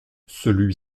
celui